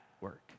work